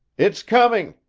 it's coming!